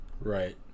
Right